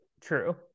true